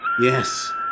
Yes